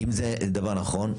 אם זה דבר נכון,